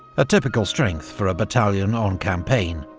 a typical strength for a battalion on campaign.